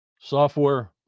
software